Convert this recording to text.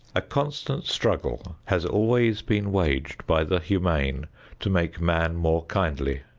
a constant struggle has always been waged by the humane to make man more kindly,